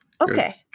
Okay